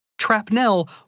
Trapnell